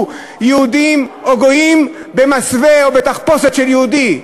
יהודים או גויים במסווה או בתחפושת של יהודי.